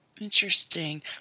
Interesting